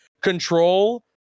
control